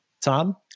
Tom